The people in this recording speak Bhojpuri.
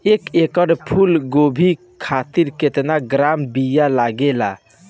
एक एकड़ फूल गोभी खातिर केतना ग्राम बीया लागेला?